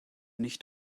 nicht